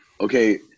Okay